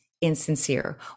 insincere